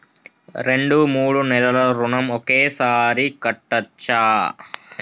రెండు మూడు నెలల ఋణం ఒకేసారి కట్టచ్చా?